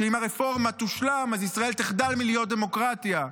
שאם הרפורמה תושלם אז ישראל תחדל מלהיות דמוקרטיה,